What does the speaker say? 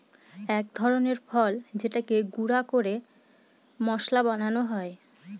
এক ধরনের ফল যেটাকে গুঁড়া করে মশলা বানানো হয়